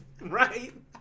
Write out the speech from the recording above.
Right